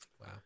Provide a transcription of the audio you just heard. Wow